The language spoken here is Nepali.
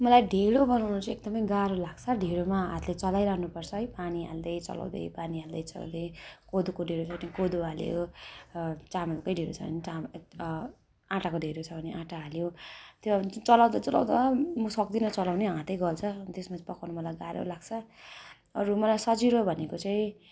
मलाई ढिँडो बनाउनु चाहिँ एकदमै गाह्रो लाग्छ ढिँडोमा हातले चलाइरहनु पर्छ है पानी हाल्दै चलाउँदै पानी हाल्दै चलाउँदै कोदोको ढिँडोलाई त्यो कोदो हाल्यो चामलकै ढिँडो छ भने चामल आँटाको ढिँडो छ भने आँटा हाल्यो त्यो अन्त चलाउँदा चलाउँदा म सक्दिन चलाउनै हातै गल्छ अनि त्यसमा चाहिँ मलाई पकाउनु गाह्रो लाग्छ अरू मलाई सजिलो भनेको चाहिँ